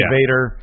Vader